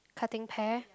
cutting pear